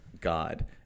God